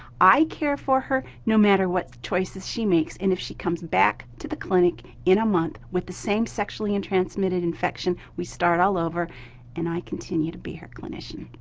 i care for her no matter what choices she makes. and if she comes back to the clinic in a month with the same sexually and transmitted infection, we start all over and i continue to be her clinician.